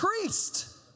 priest